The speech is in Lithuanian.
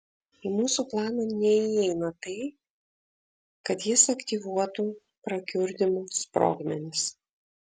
į mūsų planą neįeina tai kad jis aktyvuotų prakiurdymo sprogmenis